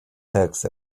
text